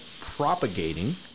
propagating